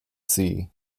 sea